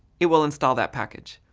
it will install that package.